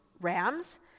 rams